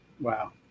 Wow